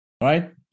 right